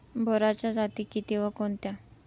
बोराच्या जाती किती व कोणत्या?